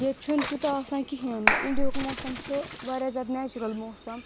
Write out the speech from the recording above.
ییٚتۍ چھُنہٕ تیوٗتاہ آسان کہیٖنۍ انڈیہُک موسم چھُ واریاہ زیادٕ نیچرل موسم